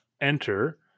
enter